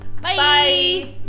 Bye